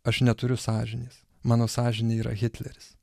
aš neturiu sąžinės mano sąžinė yra hitleris